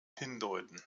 hindeuten